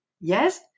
Yes